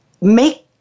make